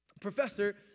professor